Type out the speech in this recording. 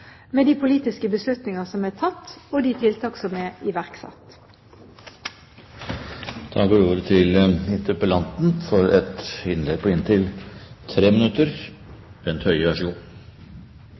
med de politiske beslutninger som er tatt, og de tiltak som er iverksatt. Jeg vil slutte meg helt til